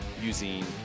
Using